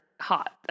hot